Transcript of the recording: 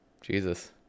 jesus